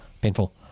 painful